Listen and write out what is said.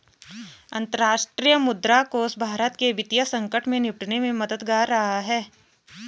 अंतर्राष्ट्रीय मुद्रा कोष भारत के वित्तीय संकट से निपटने में मददगार रहा है